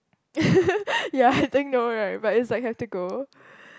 ya I think no right but it's like have to go